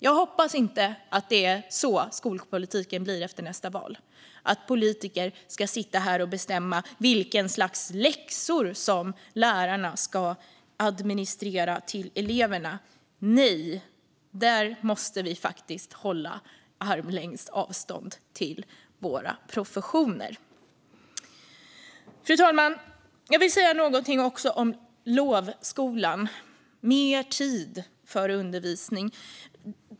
Jag hoppas att det inte är så skolpolitiken blir efter nästa val: att politiker ska sitta här och bestämma vilken slags läxor som lärarna ska administrera till eleverna. Där måste vi faktiskt hålla armlängds avstånd till våra professioner. Fru talman! Jag vill även säga någonting om lovskolan och mer tid för undervisning.